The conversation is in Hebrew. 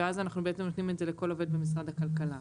ואז אנחנו בעצם נותנים את זה לכל עובד במשרד הכלכלה.